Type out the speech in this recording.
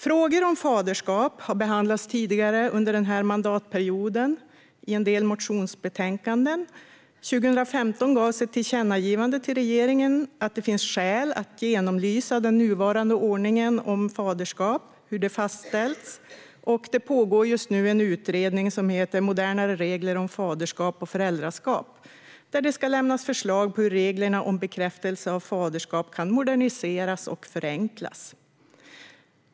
Frågor om faderskap har behandlats tidigare under mandatperioden i en del motionsbetänkanden. År 2015 gjordes ett tillkännagivande till regeringen om att det finns skäl att genomlysa den nuvarande ordningen för hur faderskap fastställs. Just nu pågår utredningen Modernare regler om faderskap och föräldraskap, som ska lämna förslag på hur reglerna om bekräftelse av faderskap kan moderniseras och förenklas.